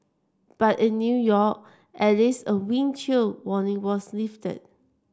but in New York at least a wind chill warning was lifted